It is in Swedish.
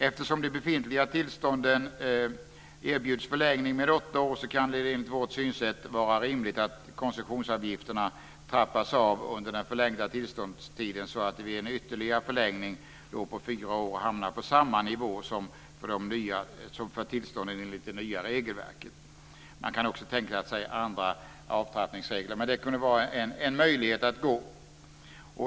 Eftersom de befintliga tillstånden erbjuds förlängning med åtta år, kan det enligt vårt synsätt vara rimligt att koncessionsavgifterna trappas av under den förlängda tillståndstiden så att de vid en ytterligare förlängning på fyra år hamnar på samma nivå som för tillstånden enligt det nya regelverket. Man kan också tänka sig andra avtrappningsregler, men detta skulle kunna vara en möjlighet att gå.